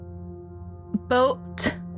boat